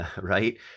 right